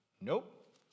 Nope